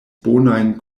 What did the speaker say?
bonajn